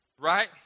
Right